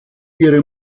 ihre